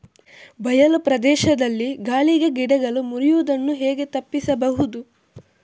ಬಯಲು ಪ್ರದೇಶದಲ್ಲಿ ಗಾಳಿಗೆ ಗಿಡಗಳು ಮುರಿಯುದನ್ನು ಹೇಗೆ ತಪ್ಪಿಸಬಹುದು?